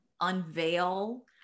unveil